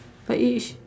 but it sh~